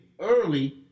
early